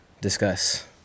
Discuss